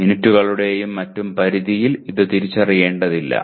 മിനിറ്റുകളുടെയും മറ്റും പരിധിയിൽ ഇത് തിരിച്ചറിയേണ്ടതില്ല